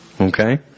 Okay